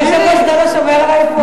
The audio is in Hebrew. היושב-ראש, אתה לא שומר עלי פה?